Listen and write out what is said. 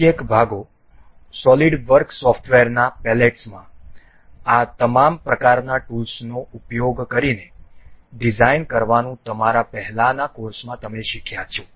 પ્રત્યેક ભાગો SolidWorks સોફ્ટવેરનાં પેલેટ્સમાં આ તમામ પ્રકારનાં ટૂલ્સનો ઉપયોગ કરીને ડિઝાઇન કરવાનું તમારા પહેલાનાં કોર્સમાંમાંથી શીખ્યા છીએ